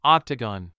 Octagon